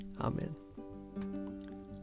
Amen